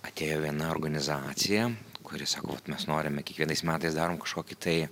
atėjo viena organizacija kuri sako vat mes norime kiekvienais metais darom kažkokį tai